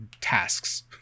tasks